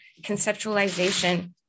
conceptualization